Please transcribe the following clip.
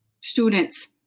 students